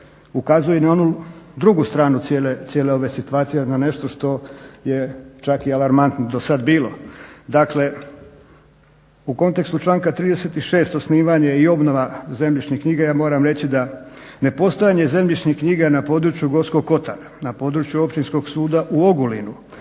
ukazuju na onu drugu stranu cijele ove situacije na nešto što je čak i …/Govornik se ne razumije./… do sada bilo. Dakle u kontekstu članka 36. osnivanje i obnova zemljišnih knjiga. Ja moram reći da nepostojanje zemljišnih knjiga na području gorskog Kotara, na području Općinskog suda u Ogulinu